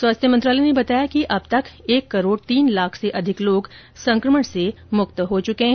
स्वास्थ्य मंत्रालय ने बताया कि अब तक एक करोड़ तीन लाख से अधिक लोग इस संकमण से उबर चुके हैं